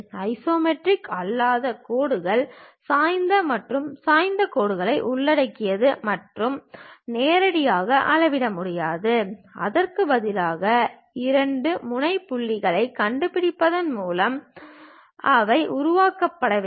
isometric அல்லாத கோடுகள் சாய்ந்த மற்றும் சாய்ந்த கோடுகளை உள்ளடக்கியது மற்றும் நேரடியாக அளவிட முடியாது அதற்கு பதிலாக இரண்டு முனைப்புள்ளிகளைக் கண்டுபிடிப்பதன் மூலம் அவை உருவாக்கப்பட வேண்டும்